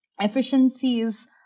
efficiencies